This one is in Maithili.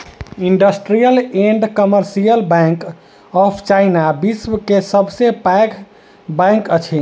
industrial and commercial bank of China, विश्व के सब सॅ पैघ बैंक अछि